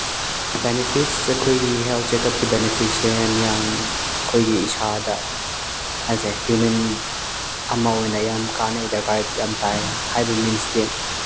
benefits ꯑꯩꯈꯣꯏꯒꯤ health ꯆꯦꯀꯞꯀꯤ ꯕꯤꯅꯤꯐꯤꯠꯁꯦ ꯃꯤꯌꯥꯝ ꯈꯣꯏꯒꯤ ꯏꯁꯥꯗ ꯑꯦꯁ ꯑꯦ ꯍ꯭ꯌꯨꯃꯦꯟ ꯑꯃ ꯑꯣꯏꯅ ꯌꯥꯝ ꯀꯥꯅꯩ ꯗꯔꯀꯥꯔ ꯌꯥꯝ ꯇꯥꯏ ꯍꯥꯏꯕ ꯃꯤꯟꯁꯇꯤ